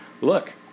look